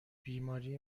بیماری